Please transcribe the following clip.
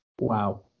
Wow